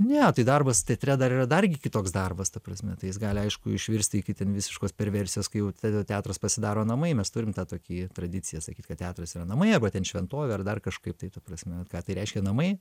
ne tai darbas teatre dar yra dargi kitoks darbas ta prasme tai jis gali aišku išvirsti iki ten visiškos perversijos kai jau tada teatras pasidaro namai mes turim tą tokį tradicija sakyt kad teatras yra namai būtent šventovė ar dar kažkaip tai ta prasme ką tai reiškia namai